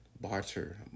barter